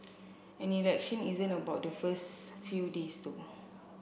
an election isn't about the first few days though